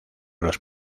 los